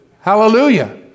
Hallelujah